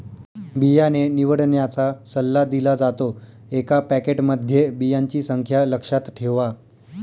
बियाणे निवडण्याचा सल्ला दिला जातो, एका पॅकेटमध्ये बियांची संख्या लक्षात ठेवा